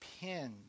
pinned